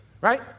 Right